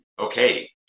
Okay